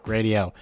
Radio